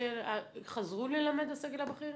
חזרו ללמד הסגל הבכיר?